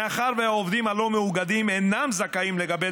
מאחר שהעובדים הלא-מאוגדים אינם זכאים לקבל